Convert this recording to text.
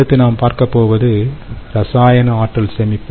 அடுத்து நாம் பார்க்கப்போவது ரசாயன ஆற்றல் சேமிப்பு